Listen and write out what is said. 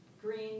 Green